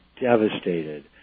devastated